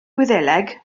gwyddeleg